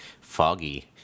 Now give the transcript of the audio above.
Foggy